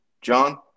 John